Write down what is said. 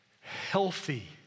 healthy